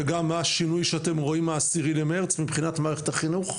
ומה השינוי שאתם רואים מה-10 למרץ מבחינת מערכת החינוך?